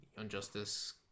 Unjustice